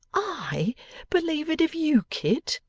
i believe it of you kit